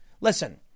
Listen